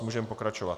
Můžeme pokračovat.